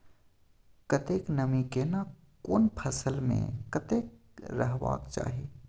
कतेक नमी केना कोन फसल मे कतेक रहबाक चाही?